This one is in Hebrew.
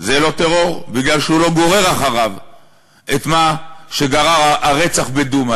זה לא טרור בגלל שהוא לא גורר אחריו את מה שגרר הרצח בדומא,